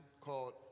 called